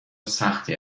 سختی